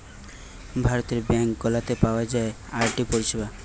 ভারতের ব্যাঙ্ক গুলাতে পাওয়া যায় আর.ডি পরিষেবা